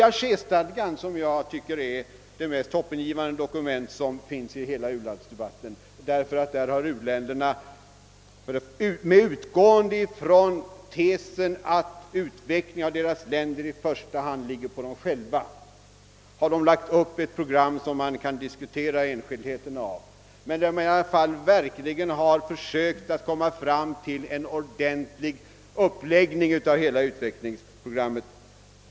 Algerstadgan är enligt min mening det mest hoppingivande dokument som förekommit i hela u-landsdebatten, eftersom u-länderna där med utgång från tesen att utvecklingen i deras länder i första hand åligger dem själva lagt upp ett program, vars enskildheter kan diskuteras men där de i alla fall verkligen försökt komma fram till en ordentlig uppläggning av sitt utvecklingsarbete.